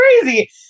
crazy